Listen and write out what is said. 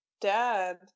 Dad